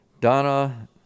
Donna